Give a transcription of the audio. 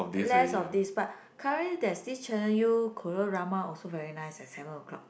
less of this but currently there's this Channel U Korea drama also very nice at seven o-clock